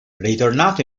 ritornato